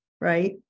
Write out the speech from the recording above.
right